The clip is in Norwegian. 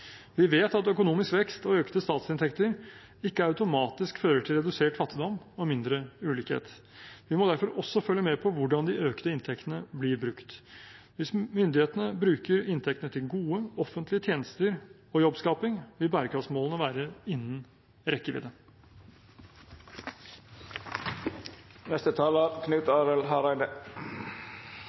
Vi vet at økonomisk vekst og økte statsinntekter ikke automatisk fører til redusert fattigdom og mindre ulikhet. Vi må derfor også følge med på hvordan de økte inntektene blir brukt. Hvis myndighetene bruker inntektene til gode, offentlige tjenester og jobbskaping, vil bærekraftsmålene være innen